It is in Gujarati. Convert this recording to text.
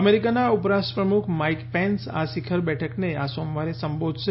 અમેરિકાના ઉપરાષ્ટ્રપ્રમુખ માઇક પેન્સ આ શીખર બેઠકને આ સોમવારે સંબોધશે